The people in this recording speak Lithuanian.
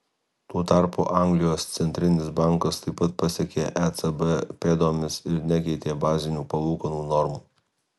tuo tarpu anglijos centrinis bankas taip pat pasekė ecb pėdomis ir nekeitė bazinių palūkanų normų